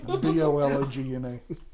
B-O-L-O-G-N-A